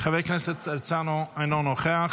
חבר הכנסת רון כץ, אינו נוכח,